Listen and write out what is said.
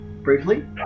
briefly